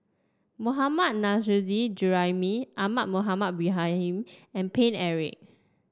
Mohammad Nurrasyid Juraimi Ahmad Mohamed Ibrahim and Paine Eric